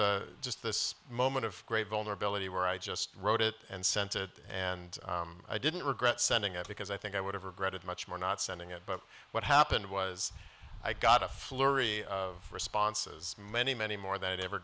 a just this moment of great vulnerability where i just wrote it and sent it and i didn't regret sending it because i think i would have regretted much more not sending it but what happened was i got a flurry of responses many many more than i'd ever